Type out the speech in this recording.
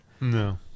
No